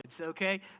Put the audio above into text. okay